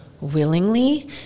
willingly